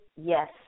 Yes